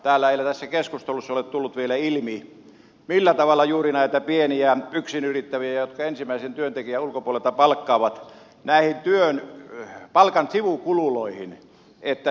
täällä ei tässä keskustelussa ole tullut vielä ilmi millä tavalla juuri näiden pienten yksin yrittävien jotka ensimmäisen työntekijän ulkopuolelta palkkaavat palkan sivukululoihin todella puututtaisiin